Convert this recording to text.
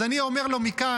אז אני אומר לו מכאן,